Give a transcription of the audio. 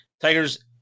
Tigers